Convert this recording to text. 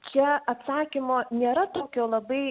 čia atsakymo nėra tokio labai